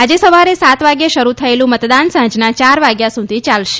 આજે સવારે સાત વાગ્યે શરૂ થયેલુ મતદાન સાંજના ચાર વાગ્યા સુધી ચાલશે